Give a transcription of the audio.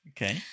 Okay